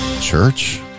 church